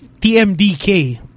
TMDK